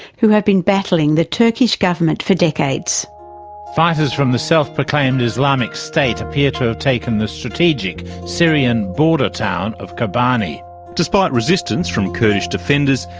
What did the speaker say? who have been battling the turkish government for decades fighters from the self-proclaimed islamic state appear to have taken the strategic syrian border town of kobane. despite resistance from kurdish defenders,